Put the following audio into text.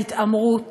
ההתעמרות